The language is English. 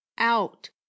Out